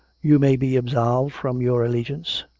you may be absolved from your allegiance,